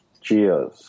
Cheers